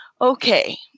okay